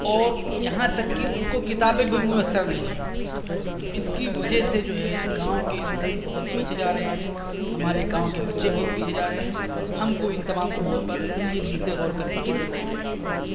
اور یہاں تک کہ اِن کو کتابیں بھی میسر نہیں ہیں تو اِس کی وجہ سے جو ہے گاؤں کے اسکول بہت پیچھے جا رہے ہیں ہمارے گاؤں کے بچے بہت پیچھے جا رہے ہیں ہم کو اِن تمام امور پر سنجیدگی سے غور کرنے کی ضرورت ہے